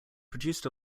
produced